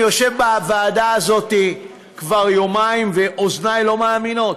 אני יושב בוועדה הזאת כבר יומיים ואוזניי לא מאמינות.